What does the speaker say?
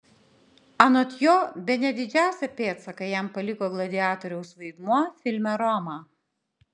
anot jo bene didžiausią pėdsaką jam paliko gladiatoriaus vaidmuo filme roma